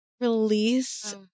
release